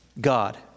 God